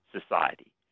Society